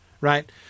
right